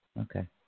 Okay